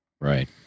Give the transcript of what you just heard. Right